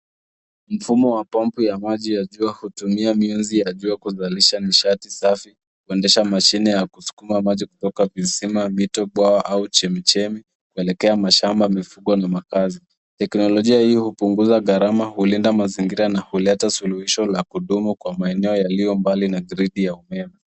Mfumo wa maji wa pampu ya jua hutumia miuzi ya jua kuzalisha nishati safi, kuendesha mashine ya kusukuma maji kutoka visima, mito, bwawa au chemichemi kuelekea mashamba, mifugo, na makazi. Teknolojia hii hupunguza gharama, hulinda mazingira, na huleta suluhisho la kudumu kwa maeneo yalio mbali na gredi ya umeme.